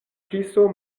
kiso